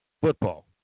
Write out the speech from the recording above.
football